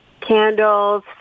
candles